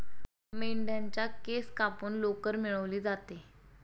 मेंढ्यांच्या केस कापून लोकर मिळवली जाते